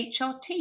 HRT